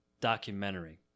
documentary